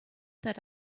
that